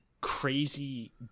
crazy